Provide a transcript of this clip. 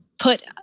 put